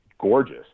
gorgeous